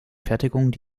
fertigung